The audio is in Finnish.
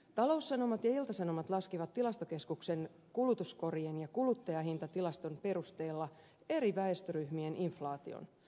taloussanomat ja ilta sanomat laskivat tilastokeskuksen kulutuskorien ja kuluttajahintatilaston perusteella eri väestöryhmien inflaation